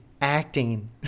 acting